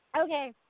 Okay